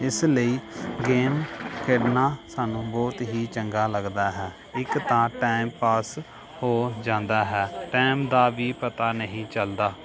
ਇਸ ਲਈ ਗੇਮ ਖੇਡਣਾ ਸਾਨੂੰ ਬਹੁਤ ਹੀ ਚੰਗਾ ਲੱਗਦਾ ਹੈ ਇੱਕ ਤਾਂ ਟਾਈਮ ਪਾਸ ਹੋ ਜਾਂਦਾ ਹੈ ਟਾਈਮ ਦਾ ਵੀ ਪਤਾ ਨਹੀਂ ਚੱਲਦਾ